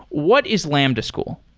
what is lambda school?